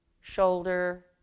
shoulder